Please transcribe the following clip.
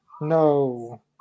No